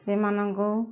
ସେମାନଙ୍କୁ